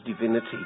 divinity